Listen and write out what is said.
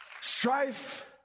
Strife